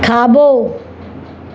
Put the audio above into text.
खाॿो